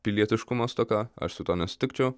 pilietiškumo stoka aš su tuo nesutikčiau